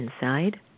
inside